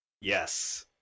Yes